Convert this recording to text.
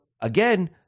again